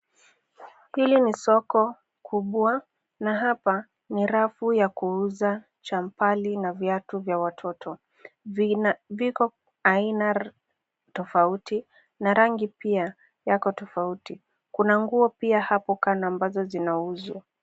Hili ni soko kubwa, na hapa kuna rafu ya kuuza champali na viatu vya watoto. Viko aina tofauti na rangi pia yako tofauti. Kuna nguo pia hapo kando ambazo zinauzwa.